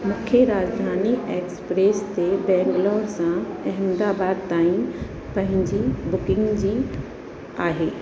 मूंखे राजधानी एक्सप्रेस ते बैंगलोर सां अहमदाबाद ताईं पंहिंजी बुकिंग जी आहे